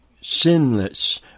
sinless